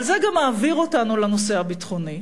אבל זה גם מעביר אותנו לנושא הביטחוני.